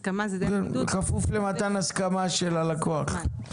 בכפוף למתן הסכמה של הלקוח.